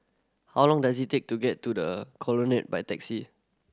how long does it take to get to The Colonnade by taxi